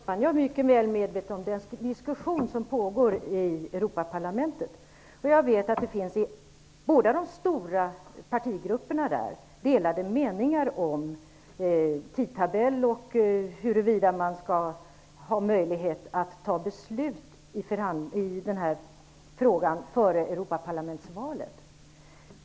Herr talman! Jag är mycket väl medveten om den diskussion som pågår i Europaparlamentet. Jag vet att det i de båda stora partigrupperna finns delade meningar om tidtabellen och huruvida man skall ha möjlighet att fatta beslut i den här frågan före Europaparlamentsvalet.